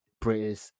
British